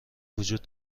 وجود